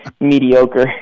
mediocre